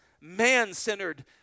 man-centered